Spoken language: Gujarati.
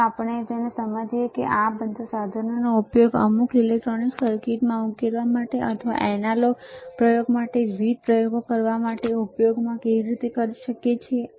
અને પછી આપણે સમજીએ છીએ કે આપણે આ બધા સાધનોનો ઉપયોગ અમુક ઈલેક્ટ્રોનિક સર્કિટને ઉકેલવા માટે અથવા એનાલોગ પ્રયોગો માટે વિવિધ પ્રયોગો કરવા અથવા ઉપયોગ કરવા માટે કેવી રીતે કરી શકીએ છીએ